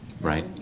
Right